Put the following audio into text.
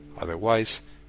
Otherwise